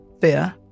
fear